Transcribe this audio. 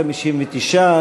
59,